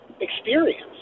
experience